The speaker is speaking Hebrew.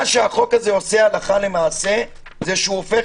מה שהחוק הזה עושה הלכה למעשה הוא שהוא הופך